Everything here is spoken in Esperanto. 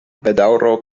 bedaŭro